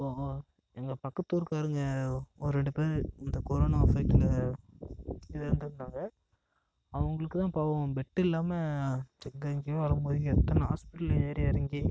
அப்போது எங்கள் பக்கத்தூருகாரங்க ஒரு ரெண்டு பேர் இந்த கொரோனா அஃபெக்ட்டுல இறந்துருந்தாங்க அவங்களுக்குதான் பாவம் பெட்டு இல்லாமல் எங்கெங்கேயோ அலை மோதி எத்தனை ஹாஸ்பிட்டலில் ஏறி இறங்கி